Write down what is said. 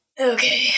Okay